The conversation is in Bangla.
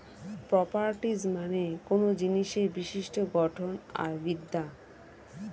প্রপার্টিজ মানে কোনো জিনিসের বিশিষ্ট গঠন আর বিদ্যা